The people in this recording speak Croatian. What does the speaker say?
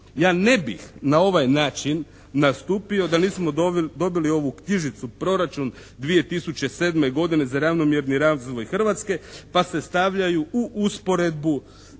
Ja ne bih na ovaj način nastupio da nismo dobili ovu knjižicu proračun 2007. godine za ravnomjerni razvoj Hrvatske pa se stavljaju u usporedbu